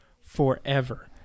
forever